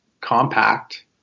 compact